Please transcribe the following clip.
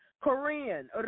Korean